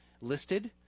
listed